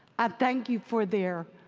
i thank you for their